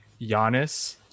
Giannis